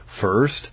First